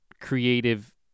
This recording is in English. creative